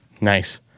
Nice